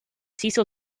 cecil